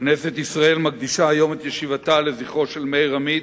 כנסת ישראל מקדישה היום את ישיבתה לזכרו של מאיר עמית,